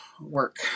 work